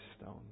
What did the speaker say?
stone